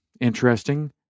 interesting